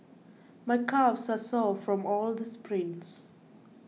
my calves are sore from all the sprints